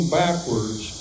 backwards